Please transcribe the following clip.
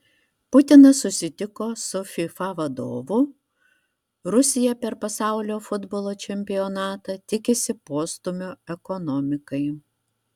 putinas susitiko su fifa vadovu rusija per pasaulio futbolo čempionatą tikisi postūmio ekonomikai